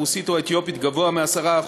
הרוסית או האתיופית גבוה מ-10%,